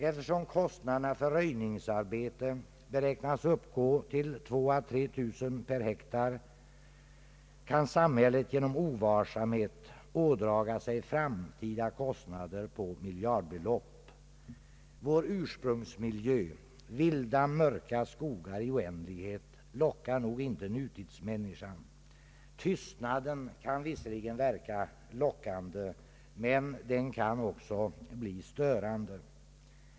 Eftersom kostnaderna för röjningsarbete beräknas uppgå till 2 000 å 3 000 kronor per hektar kan samhället genom ovarsamhet ådraga sig framtida kostnader på miljardbelopp. Vår ursprungsmiljö — vilda, mörka skogar i oändlighet — lockar nog icke nutidsmänniskan. Tystnaden kan visserligen verka lockande, men den kan också bli störande.